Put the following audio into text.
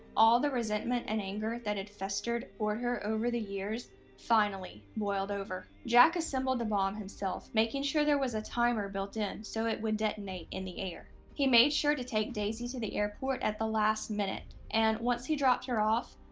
all the resentment and anger that had festered toward her over the years finally boiled over. jack assembled the bomb himself, making sure there was a timer built in so it would detonate in the air. he made sure to take daisie to the airport at the last minute and, once he dropped her off,